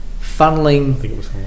funneling